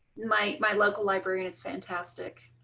my my local library. and it's fantastic.